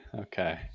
okay